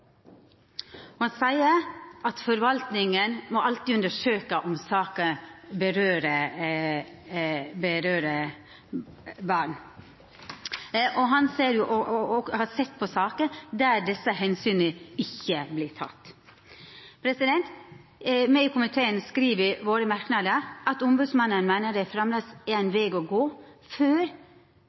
Han seier at forvaltinga alltid må undersøkja om saker vedkjem barn. Han har òg sett på saker der desse omsyna ikkje vert tekne. Vi i komiteen skriv i merknadene våre at ombodsmannen meiner det framleis er ein veg å gå før